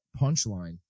Punchline